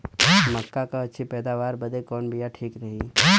मक्का क अच्छी पैदावार बदे कवन बिया ठीक रही?